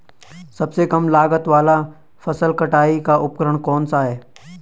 सबसे कम लागत वाला फसल कटाई का उपकरण कौन सा है?